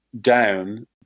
down